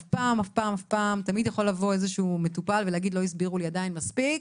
שתמיד יכול לבוא איזשהו מטופל ולהגיד: לא הסבירו לי מספיק,